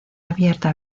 abierta